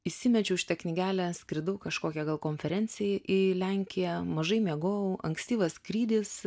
įsimečiau šitą knygelę skridau kažkokia gal konferenciją į lenkiją mažai miegojau ankstyvas skrydis